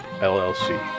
LLC